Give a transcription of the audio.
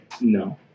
no